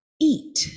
eat